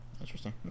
Interesting